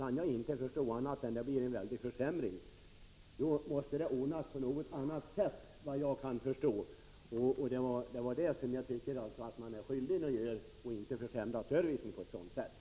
Jag kan inte förstå annat än att det blir en klar försämring. Godshanteringen måste därför ordnas på något annat vis. Det tycker jag att man är skyldig att göra. Man får inte försämra service på ett sådant här sätt.